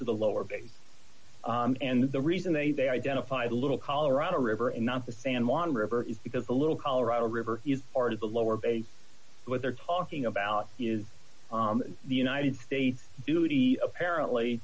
to the lower base and the reason they they identify the little colorado river and not the san juan river is because the little colorado river is part of the lower bay but they're talking about is the united states duty apparently